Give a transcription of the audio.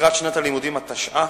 לקראת שנת הלימודים התשע"א,